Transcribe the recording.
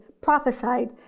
prophesied